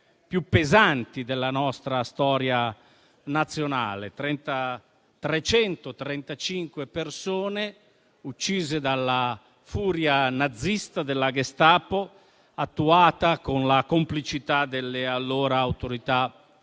più pesanti della nostra storia nazionale: 335 persone uccise dalla furia nazista della Gestapo, attuata con la complicità delle allora autorità fasciste